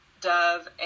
dove